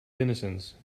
innocence